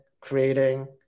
creating